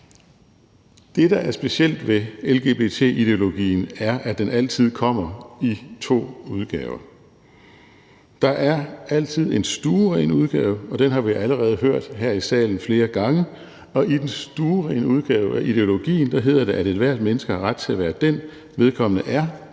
Det, der er specielt ved lgbt-ideologien, er, at den altid kommer i to udgaver. Der er altid en stueren udgave, og den har vi allerede hørt her i salen flere gange, og i den stuerene udgave af ideologien hedder det, at ethvert menneske har ret til at være den, vedkommende er,